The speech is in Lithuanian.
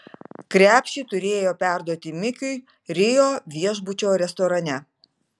krepšį turėjo perduoti mikiui rio viešbučio restorane